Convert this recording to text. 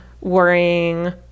worrying